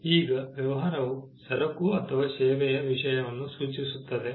ಈಗ ವ್ಯವಹಾರವು ಸರಕು ಅಥವಾ ಸೇವೆಯ ವಿಷಯವನ್ನು ಸೂಚಿಸುತ್ತದೆ